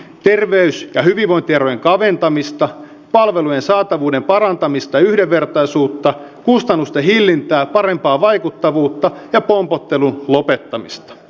terveys ja hyvinvointierojen kaventamista palvelujen saatavuuden parantamista ja yhdenvertaisuutta kustannusten hillintää parempaa vaikuttavuutta ja pompottelun lopettamista